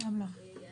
אני